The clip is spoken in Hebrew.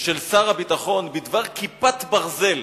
ושל שר הביטחון בדבר '"כיפת ברזל".